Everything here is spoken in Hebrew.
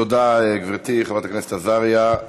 תודה, גברתי, חברת הכנסת עזריה.